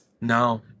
No